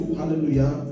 hallelujah